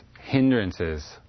hindrances